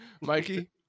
Mikey